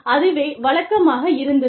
அதுவே வழக்கமாக இருந்தது